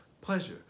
pleasure